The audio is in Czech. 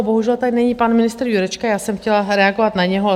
Bohužel tady není pan ministr Jurečka, já jsem chtěla reagovat na něho.